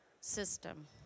system